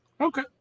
Okay